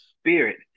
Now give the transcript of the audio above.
spirit